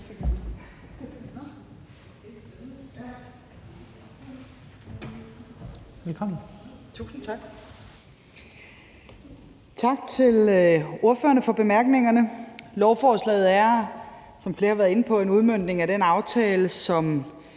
Tak til ordførerne for bemærkningerne. Lovforslaget er, som flere har været inde på, en udmøntning af den aftale, som